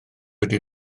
wedi